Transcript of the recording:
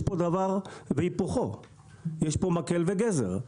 יש פה דבר והיפוכו, יש פה מקל וגזר.